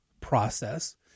process